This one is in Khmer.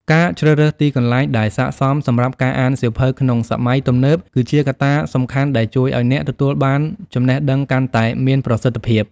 ការជ្រើសរើសទីកន្លែងដែលសក្ដិសមសម្រាប់ការអានសៀវភៅក្នុងសម័យទំនើប គឺជាកត្តាសំខាន់ដែលជួយឱ្យអ្នកទទួលបានចំណេះដឹងកាន់តែមានប្រសិទ្ធភាព។